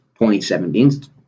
2017